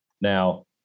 Now